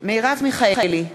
מרב מיכאלי,